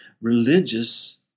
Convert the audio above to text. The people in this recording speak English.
religious